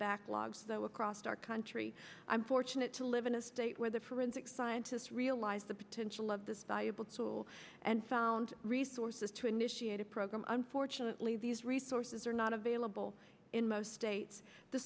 backlogs though across our country i'm fortunate to live in a state where the forensic scientists realize the potential of this valuable tool and found resources to initiate a program unfortunately these resources are not available in most states the